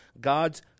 God's